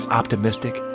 optimistic